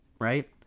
right